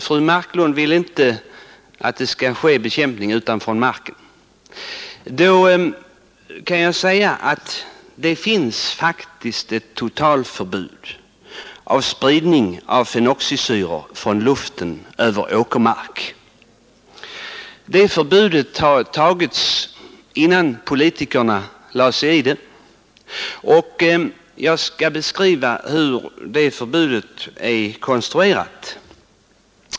Fru Marklund vill inte undanta åkermark från förbud mot spridning av bekämpningsmedel. Emellertid finns det faktiskt ett totalförbud mot spridning av fenoxisyror från luften över åkermark. Det förbudet beslöts innan politikerna lade sig i det här, och jag skall beskriva hur det förbudet är konstruerat.